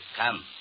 Come